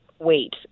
wait